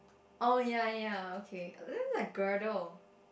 oh yeah yeah okay then like girdle